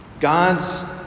God's